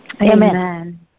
Amen